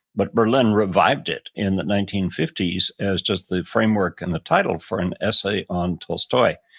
but berlin revived it in the nineteen fifty s as just the framework and the title for an essay on tolstoy.